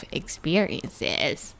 experiences